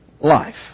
life